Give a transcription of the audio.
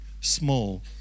small